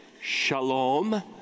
shalom